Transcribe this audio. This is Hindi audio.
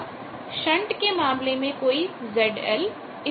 अब शंट के मामले में कोई ZL इतनी है